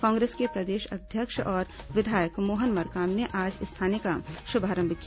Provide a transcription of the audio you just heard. कांग्रेस के प्रदेश अध्यक्ष और विधायक मोहन मरकाम ने आज इस थाने का शुभारंभ किया